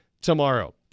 tomorrow